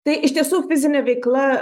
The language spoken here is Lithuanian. tai iš tiesų fizinė veikla